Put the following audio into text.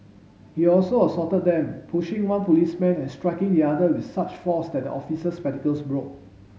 he also assaulted them pushing one policeman and striking the other with such force that the officer's spectacles broke